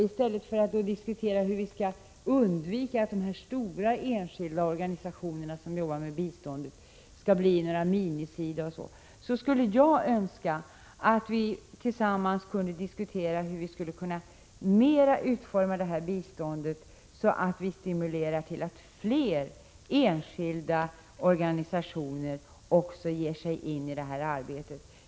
I stället för att diskutera hur vi skall undvika att de stora enskilda organisationerna som jobbar med bistånd skall bli några mini-SIDA, skulle jag önska att vi tillsammans kunde diskutera hur vi skulle kunna utforma biståndet så att fler enskilda organisationer stimulerades till att ge sig in i arbetet.